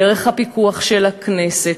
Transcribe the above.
דרך הפיקוח של הכנסת.